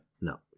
No